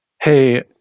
hey